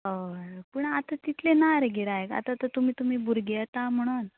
हय पूण आतां तितलें ना रे गिरायक आतां आतां तुमी तुमी भुरगीं येता म्हणोन